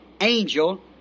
angel